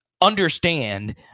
understand